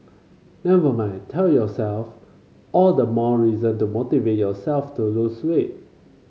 never mind tell yourself all the more reason to motivate yourself to lose weight